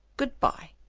good-bye.